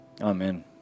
Amen